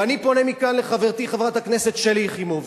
ואני פונה מכאן לחברתי חברת הכנסת שלי יחימוביץ,